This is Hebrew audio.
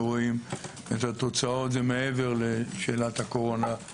והתוצאות זה מעבר לשאלת הקורונה.